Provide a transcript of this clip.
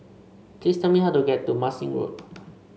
please tell me how to get to Marsiling Road